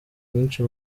inyinshi